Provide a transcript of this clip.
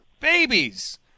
Babies